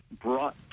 brought